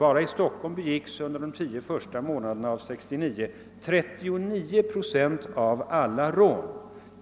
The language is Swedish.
Här begicks under de första 10 månaderna 1969 inte mindre än 39 procent av alla rån,